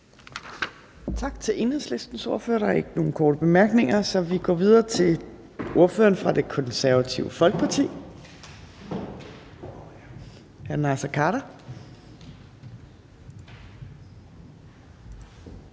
Tak til Enhedslistens ordfører. Der er ikke nogen korte bemærkninger. Så vi går videre til ordføreren for Det Konservative Folkeparti, nemlig